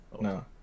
no